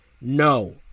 No